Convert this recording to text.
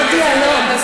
סליחה, זה לא דיאלוג.